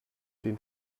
den